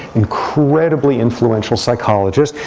incredibly influential psychologist,